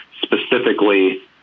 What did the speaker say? specifically